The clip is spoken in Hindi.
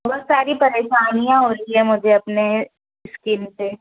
बहुत सारी परेशानियाँ हो रही हैं मुझे अपने इस्क्रिन से